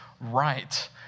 right